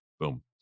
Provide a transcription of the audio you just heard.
boom